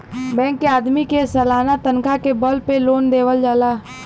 bank के आदमी के सालाना तनखा के बल पे लोन देवल जाला